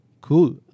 Cool